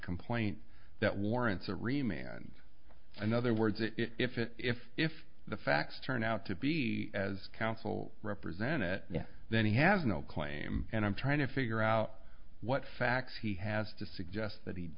complaint that warrants that remain and another words if it if if the facts turn out to be as counsel represented then he has no claim and i'm trying to figure out what facts he has to suggest that he